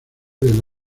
del